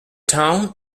town